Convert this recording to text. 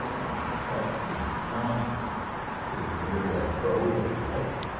i will set the font to myriad pro, which i like,